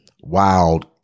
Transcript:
Wild